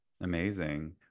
Amazing